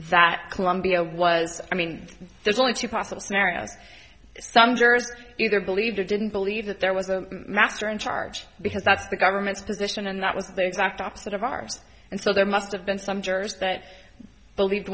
that columbia was i mean there's only two possible scenarios some jurors either believed or didn't believe that there was a master in charge because that's the government's position and that was the exact opposite of ours and so there must have been some jurors that believed